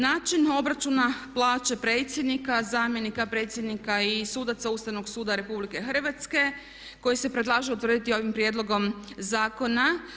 Način obračuna plaće predsjednika, zamjenika predsjednika i sudaca Ustavnog suda RH koji se predlaže utvrditi ovim prijedlog zakona.